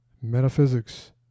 metaphysics